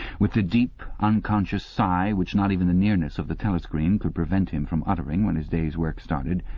with the deep, unconscious sigh which not even the nearness of the telescreen could prevent him from uttering when his day's work started,